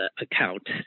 account